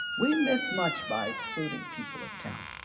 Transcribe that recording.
we miss much by excluding people of talent.